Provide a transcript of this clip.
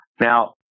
Now